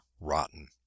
rotten